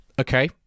Okay